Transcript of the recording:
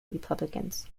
republicans